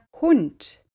Hund